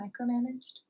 micromanaged